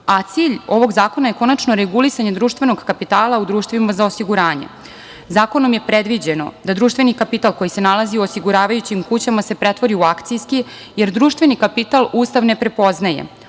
Cilj ovog zakona je konačno regulisanje društvenog kapitala u društvima za osiguranje. Zakonom je predviđeno da društveni kapital koji se nalazi u osiguravajućim kućama se pretvori u akcijski, jer društveni kapital Ustav ne prepoznaje.